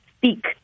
speak